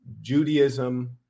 judaism